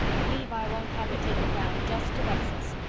levi won't have it taken down just to vex us.